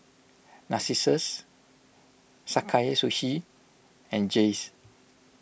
Narcissus Sakae Sushi and Jays